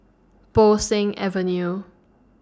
Bo Seng Avenue